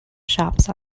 shops